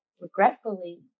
regretfully